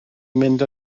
mynd